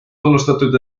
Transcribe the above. tunnustatud